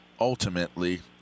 Ultimately